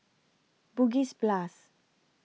Bugis Plus